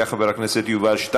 מוסיפים את חבר הכנסת אמסלם,